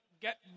get